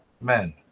men